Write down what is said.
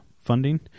funding